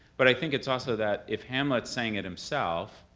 but i think it's also that if hamlet's saying it himself,